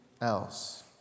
else